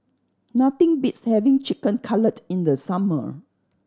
nothing beats having Chicken Cutlet in the summer